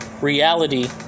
reality